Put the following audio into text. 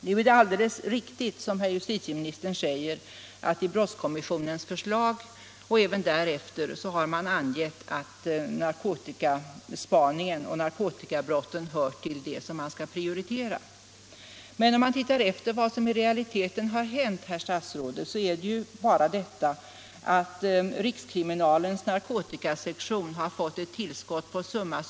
Sedan är det alldeles riktigt som justitieministern säger, att i brottskommissionens förslag och även därefter har man angivit att narkotikaspaningen och narkotikabrotten hör till det som man skall prioritera. Men om vi då ser på vad som i realiteten har hänt, herr statsråd, så finner vi att bara det hänt att rikskriminalens narkotikasektion har fått ett tillskott på summa